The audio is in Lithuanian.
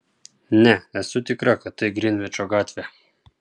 ne esu tikra kad tai grinvičo gatvė